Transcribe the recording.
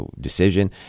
decision